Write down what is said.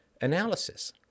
analysis